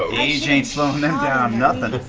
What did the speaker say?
ah age ain't slowing them down nothing!